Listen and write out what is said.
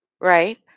right